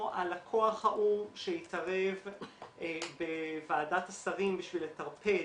הלקוח ההוא שהתערב בוועדת השרים בשביל לטרפד,